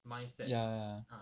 ya ya ya